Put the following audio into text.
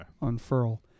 unfurl